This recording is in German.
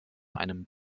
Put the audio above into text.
einem